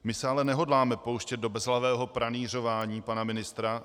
My se ale nehodláme pouštět do bezhlavého pranýřování pana ministra.